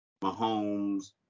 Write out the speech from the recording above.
Mahomes